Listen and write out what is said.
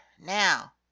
now